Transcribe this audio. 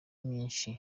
myinshi